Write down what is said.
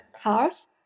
Cars